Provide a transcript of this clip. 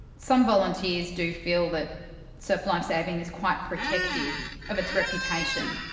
some volunteers do feel that surf life saving is quite protective of its reputation.